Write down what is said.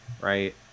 right